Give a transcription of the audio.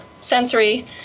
sensory